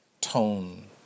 tone